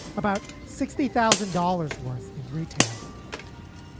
about sixty thousand dollars worth in retail